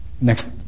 next